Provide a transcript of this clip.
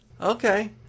Okay